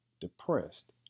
depressed